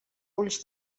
ulls